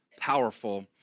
powerful